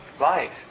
life